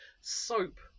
soap